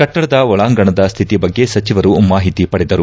ಕಟ್ಟಡದ ಒಳಾಂಗಣದ ಸ್ಥಿತಿ ಬಗ್ಗೆ ಸಚಿವರು ಮಾಹಿತಿ ಪಡೆದರು